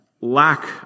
lack